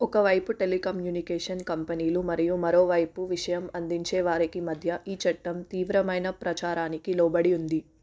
ఒక వైపు టెలికమ్యూనికేషన్ కంపెనీలు మరియు మరోవైపు విషయం అందించేవారికి మధ్య ఈ చట్టం తీవ్రమైన ప్రచారానికి లోబడి ఉంది